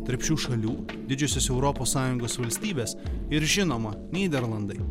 tarp šių šalių didžiosios europos sąjungos valstybės ir žinoma nyderlandai